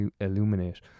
illuminate